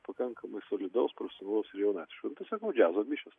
pakankamai solidaus profesionalaus ir jaunatviško nutai sakau džiazo mišios